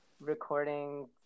recording